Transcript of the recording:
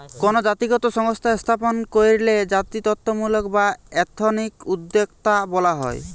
কোনো জাতিগত সংস্থা স্থাপন কইরলে জাতিত্বমূলক বা এথনিক উদ্যোক্তা বলা হয়